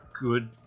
good